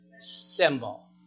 symbol